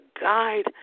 guide